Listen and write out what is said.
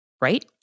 Right